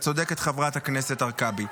את צודקת, חברת הכנסת הרכבי.